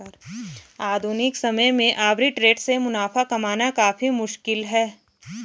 आधुनिक समय में आर्बिट्रेट से मुनाफा कमाना काफी मुश्किल है